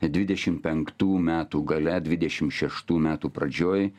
dvidešimt penktų metų gale dvidešimt šeštų metų pradžioj